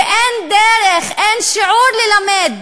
ואין דרך, אין שיעור ללמד